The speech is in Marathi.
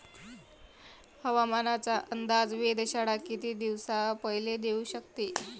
हवामानाचा अंदाज वेधशाळा किती दिवसा पयले देऊ शकते?